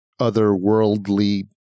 otherworldly